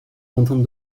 contente